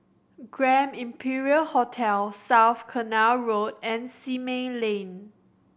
Grand Imperial Hotel South Canal Road and Simei Lane